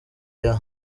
year